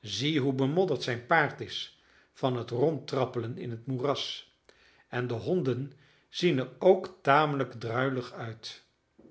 zie hoe bemodderd zijn paard is van het rondtrappelen in het moeras en de honden zien er ook tamelijk druilig uit